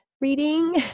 reading